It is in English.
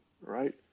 right